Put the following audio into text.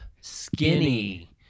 skinny